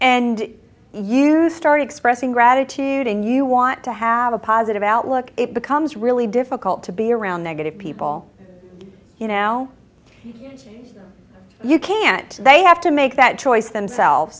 and you start expressing gratitude and you want to have a positive outlook it becomes really difficult to be around negative people you know you can't they have to make that choice themselves